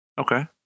okay